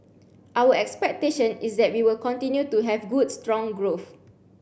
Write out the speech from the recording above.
our expectation is that we will continue to have good strong growth